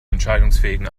entscheidungsfähigen